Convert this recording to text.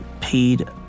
paid